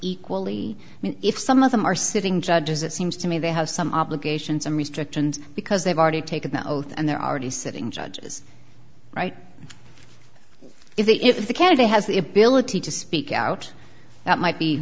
equally if some of them are sitting judges it seems to me they have some obligations and restrictions because they've already taken the oath and they're already sitting judges right if the if the candidate has the ability to speak out that might be